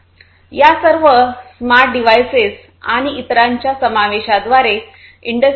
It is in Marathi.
या सर्व स्मार्ट डिव्हाइसेस आणि इतरांच्या समावेशाद्वारे इंडस्ट्री 4